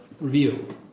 review